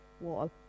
wall